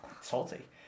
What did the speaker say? Salty